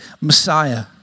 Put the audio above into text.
Messiah